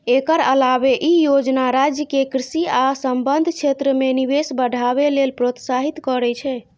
एकर अलावे ई योजना राज्य कें कृषि आ संबद्ध क्षेत्र मे निवेश बढ़ावे लेल प्रोत्साहित करै छै